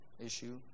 issue